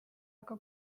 aga